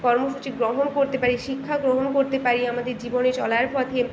কর্মসূচি গ্রহণ করতে পারি শিক্ষা গ্রহণ করতে পারি আমাদের জীবনে চলার পথে